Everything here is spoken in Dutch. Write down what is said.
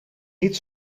niet